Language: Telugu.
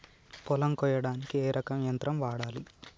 పొలం కొయ్యడానికి ఏ రకం యంత్రం వాడాలి?